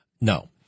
No